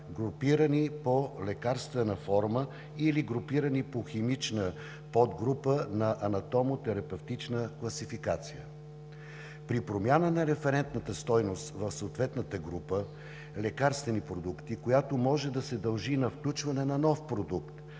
групирани по лекарствена форма или групирани по химична подгрупа на анатомо-терапевтичната класификация. При промяна на референтната стойност в съответната група лекарствени продукти, която може да се дължи на включване на нов продукт,